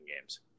games